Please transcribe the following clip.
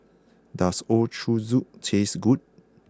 does Ochazuke taste good